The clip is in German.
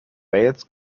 wales